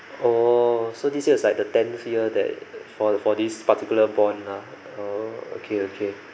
oh so this year is like the tenth year that for the for this particular bond lah oh okay okay